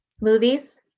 movies